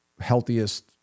healthiest